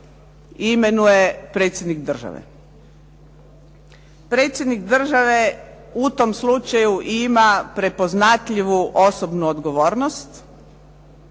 imenuje predsjednik države. Predsjednik države u tom slučaju ima prepoznatljivu osobnu odgovornost